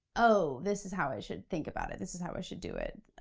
oh, this is how i should think about it, this is how i should do it,